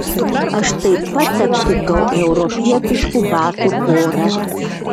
aš taip pat aptikau europietiškų batų porą